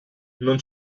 non